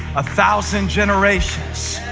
a thousand generations,